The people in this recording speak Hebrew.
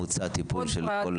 כמה זמן ממוצע הטיפול של כל?